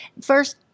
First